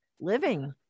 Living